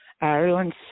Everyone's